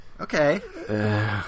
Okay